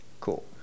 cool